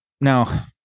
now